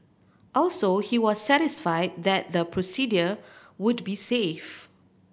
also he was satisfied that the procedure would be safe